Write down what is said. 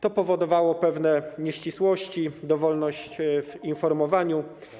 To powodowało pewne nieścisłości, dowolność w informowaniu.